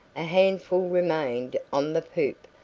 a handful remained on the poop,